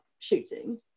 shooting